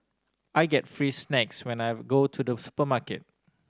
I get free snacks whenever go to the supermarket